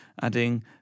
adding